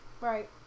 right